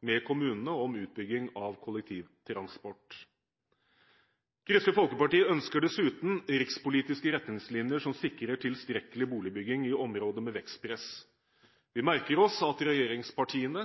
med kommunene om utbygging av kollektivtransport. Kristelig Folkeparti ønsker dessuten rikspolitiske retningslinjer som sikrer tilstrekkelig boligbygging i områder med vekstpress. Vi merker oss at regjeringspartiene